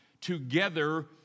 together